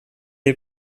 est